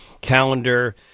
calendar